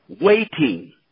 waiting